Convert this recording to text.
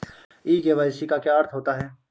ई KYC का क्या अर्थ होता है?